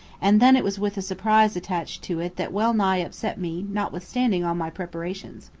and then it was with a surprise attached to it that well nigh upset me notwithstanding all my preparations.